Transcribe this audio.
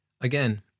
Again